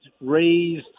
raised